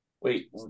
Wait